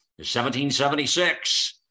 1776